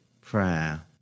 prayer